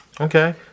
Okay